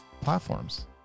platforms